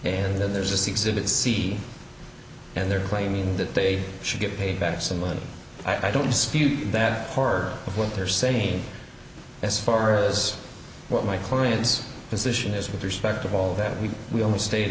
and then there's a six digit c and they're claiming that they should get paid back some money i don't dispute that part of what they're saying as far as what my clients position is with respect of all that we we only stayed